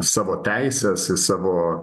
savo teises į savo